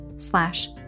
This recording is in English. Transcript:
slash